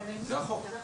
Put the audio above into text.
כן, זה החוק.